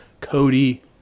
Cody